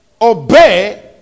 obey